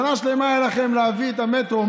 שנה שלמה היה לכם להביא את המטרו,